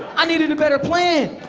i needed a better plan.